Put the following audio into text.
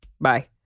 bye